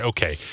Okay